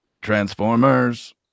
Transformers